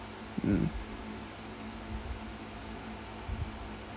um